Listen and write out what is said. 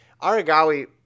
Aragawi